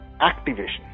activation